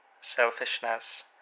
Selfishness